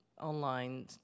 online